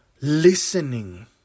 Listening